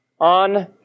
on